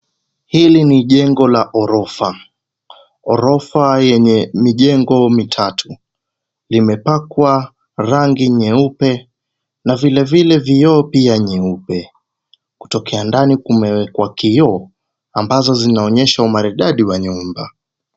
Hili ni jengo la ghorofa. Ghorofa yenye mijengo mitatu, limepakwa rangi nyeupe na vilevile vioo pia nyeupe. Kutokea ndani kumewekwa kioo ambazo zinaonyesha umaridadi wa nyumba.